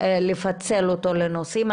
לפצל אותו לנושאים.